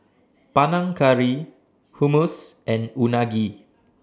Panang Curry Hummus and Unagi